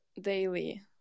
daily